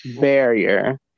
barrier